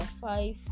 five